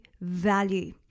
value